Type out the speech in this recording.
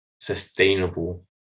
sustainable